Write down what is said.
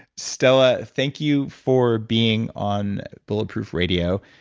stella, thank you for being on bulletproof radio.